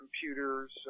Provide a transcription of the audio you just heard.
computers